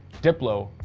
diplo,